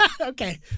okay